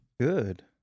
Good